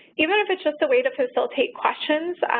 even if it's just a way to facilitate questions,